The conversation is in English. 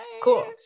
Cool